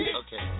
okay